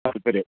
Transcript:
താൽപര്യം